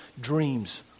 dreams